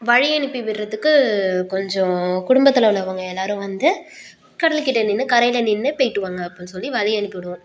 வழி அனுப்பிவிடுறதுக்கு கொஞ்சம் குடும்பத்தில் உள்ளவங்க எல்லோரும் வந்து கடல் கிட்டே நின்று கரையில் நின்று போயிட்டு வாங்க அப்படின்னு சொல்லி வழி அனுப்பிவிடுவோம்